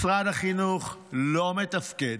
משרד החינוך לא מתפקד.